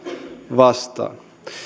vastaan